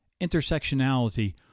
intersectionality